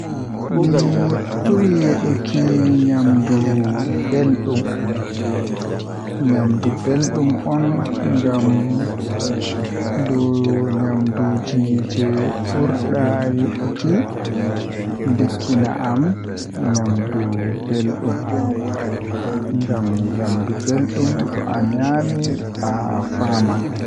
Mi buri yiduki nyamdu beldum on ngam dow nyamduuji jei burdaa yiduki ndikkina am nyamdu beldum ngam nyamdu belɗum to a nyami faaman.